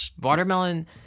Watermelon